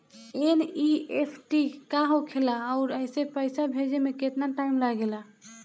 NEFT का होखे ला आउर एसे पैसा भेजे मे केतना टाइम लागेला?